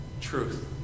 truth